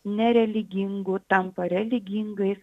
nereligingu tampa religingais